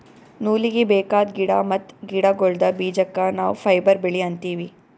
ನೂಲೀಗಿ ಬೇಕಾದ್ ಗಿಡಾ ಮತ್ತ್ ಗಿಡಗೋಳ್ದ ಬೀಜಕ್ಕ ನಾವ್ ಫೈಬರ್ ಬೆಳಿ ಅಂತೀವಿ